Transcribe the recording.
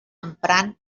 emprant